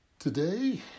Today